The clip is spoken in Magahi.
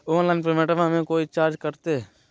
ऑनलाइन पेमेंटबां मे कोइ चार्ज कटते?